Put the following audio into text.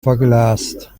verglast